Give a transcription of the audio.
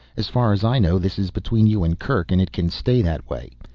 as far as i know this is between you and kerk and it can stay that way.